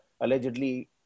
allegedly